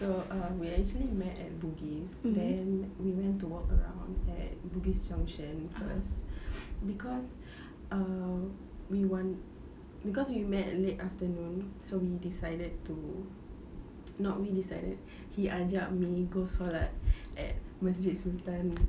so um we actually met at bugis so then we went to walk around at bugis junction first because we want cause uh we want cause we met late afternoon so we decided to not we decided he ajak me go solat at masjid sultan